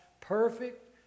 perfect